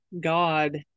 God